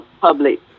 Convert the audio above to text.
public